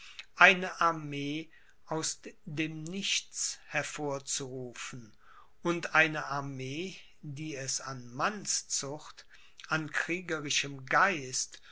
eine armee aus dem nichts hervorzurufen und eine armee die es an mannszucht an kriegerischem geist